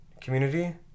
community